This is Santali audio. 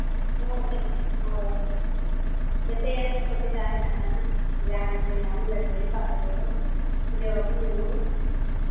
ᱦᱮᱸ ᱦᱳᱭ ᱡᱮᱛᱮᱭᱟᱜ ᱜᱮ ᱥᱩᱵᱤᱫᱷᱟ ᱦᱮᱱᱟᱜᱼᱟ ᱡᱟᱦᱟᱸ ᱜᱮᱯᱮ ᱧᱟᱢ ᱞᱮᱴᱨᱤᱝ ᱵᱟᱛᱷᱨᱩᱢ ᱡᱚᱢᱼᱧᱩ